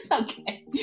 Okay